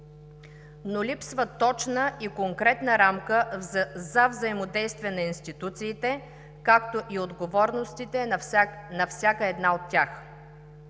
им. Липсва точна и конкретна рамка за взаимодействие на институциите, както и отговорностите на всяка една от тях.